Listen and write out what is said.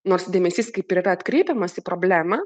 nors dėmesys kaip ir yra atkreipiamas į problemą